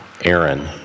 Aaron